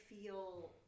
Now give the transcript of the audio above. feel